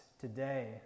today